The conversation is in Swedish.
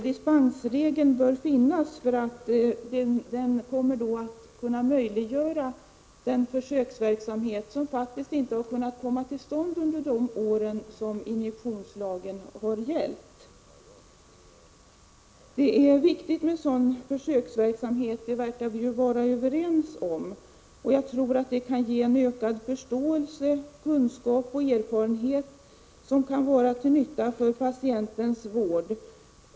Dispensregeln bör finnas, eftersom den möjliggör den försöksverksamhet som faktiskt inte har kunnat komma till stånd under de år som injektionslagen har gällt. Vi verkade ju vara överens om att det är viktigt med en sådan försöksverksamhet. Jag tror att försöksverksamheten kan ge en ökad förståelse, kunskap och erfarenhet som kan vara till nytta för patientens vård.